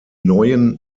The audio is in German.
neuen